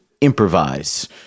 improvise